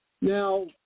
Now